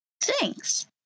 Thanks